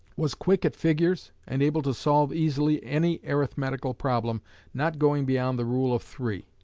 was quick at figures and able to solve easily any arithmetical problem not going beyond the rule of three.